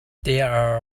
there